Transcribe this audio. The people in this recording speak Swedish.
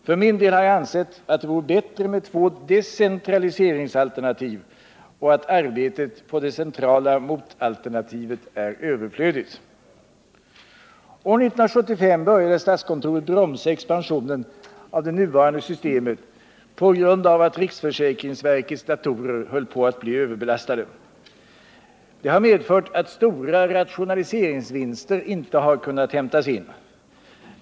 För min del har jag ansett att det vore bättre med två decentraliseringsalternativ och att arbetet på det centrala motalternativet är År 1975 började statskontoret bromsa expansionen av det nuvarande systemet på grund av att riksförsäkringsverkets datorer höll på att bli överbelastade. Det har medfört att stora rationaliseringsvinster inte kunnat hämtas in.